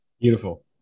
Beautiful